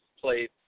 played